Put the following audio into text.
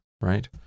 right